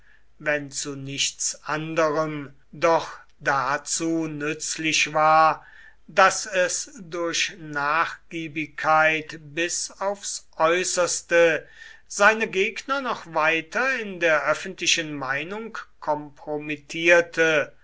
wenn zu nichts anderem doch dazu nützlich war daß es durch nachgiebigkeit bis aufs äußerste seine gegner noch weiter in der öffentlichen meinung kompromittierte